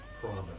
promise